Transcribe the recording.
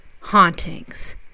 Hauntings